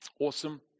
Awesome